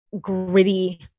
gritty